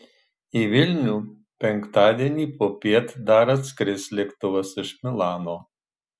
į vilnių penktadienį popiet dar atskris lėktuvas iš milano